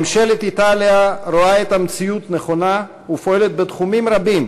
ממשלת איטליה רואה את המציאות נכונה ופועלת בתחומים רבים,